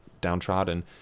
downtrodden